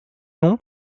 nom